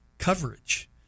Coverage